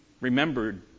remembered